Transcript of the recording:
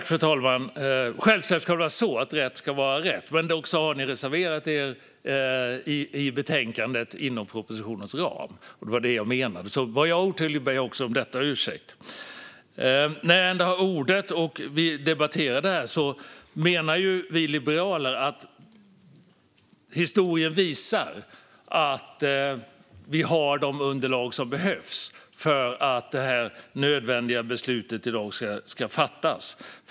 Fru talman! Självklart ska rätt vara rätt. Dock har ni sverigedemokrater reserverat er i betänkandet inom propositionens ram. Det var detta jag menade. Var jag otydlig ber jag om ursäkt för det. När jag ändå har ordet och vi debatterar detta kan jag säga: Vi liberaler menar att historien visar att vi har de underlag som behövs för att det nödvändiga beslutet i dag ska fattas.